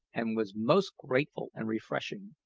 and was most grateful and refreshing.